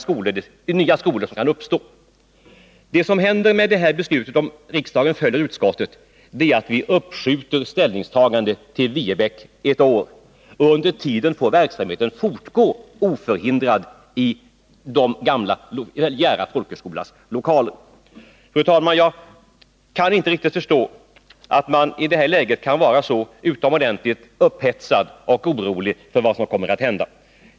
Det som händer med anledning av det här beslutet, om riksdagen följer utskottet, är att vi uppskjuter ställningstagandet ett år beträffande Viebäck. Under tiden får verksamheten oförhindrat fortgå i Jära folkhögskolas lokaler. Fru talman! Jag kan inte riktigt förstå att man i nuvarande läge kan vara så upphetsad och orolig för vad som kommer att hända.